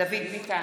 דוד ביטן,